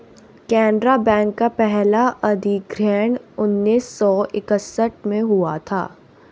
Canara bank का पहला अधिग्रहण उन्नीस सौ इकसठ में हुआ था